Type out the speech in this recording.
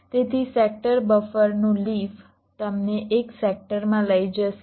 તેથી સેક્ટર બફરનું લીફ તમને એક સેક્ટરમાં લઈ જશે